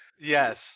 Yes